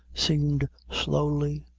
seemed slowly,